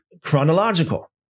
chronological